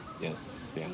Yes